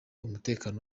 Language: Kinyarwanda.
umutekano